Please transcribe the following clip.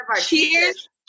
Cheers